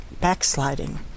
backsliding